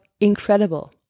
incredible